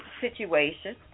situation